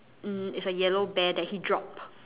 mm it's a yellow bear that he dropped